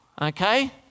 Okay